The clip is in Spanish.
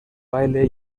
baile